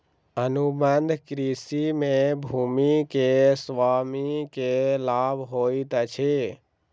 अनुबंध कृषि में भूमि के स्वामी के लाभ होइत अछि